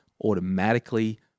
automatically